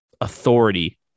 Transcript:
authority